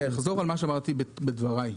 אחזור על מה שאמרתי בדבריי.